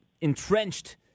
entrenched